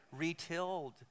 retilled